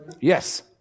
Yes